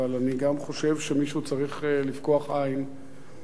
אבל אני גם חושב שמישהו צריך לפקוח עיניים